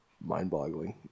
mind-boggling